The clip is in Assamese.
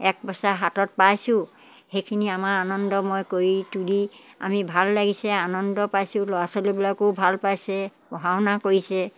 এক পইছা হাতত পাইছোঁ সেইখিনি আমাৰ আনন্দময় কৰি তুলি আমি ভাল লাগিছে আনন্দ পাইছোঁ ল'ৰা ছোৱালীবিলাকো ভাল পাইছে পঢ়া শুনা কৰিছে